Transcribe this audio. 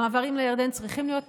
המעברים לירדן צריכים להיות פתוחים.